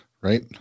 Right